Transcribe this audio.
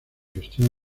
gestión